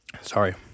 Sorry